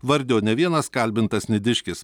vardijo ne vienas kalbintas nidiškis